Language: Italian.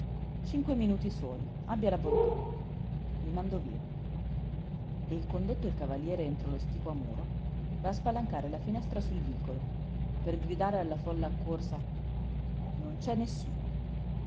cinque minuti soli abbia la bontà li mando via e condotto il cavaliere entro lo stipo a muro va a spalancare la finestra sul vicolo per gridare alla folla accorsa non c'è nessuno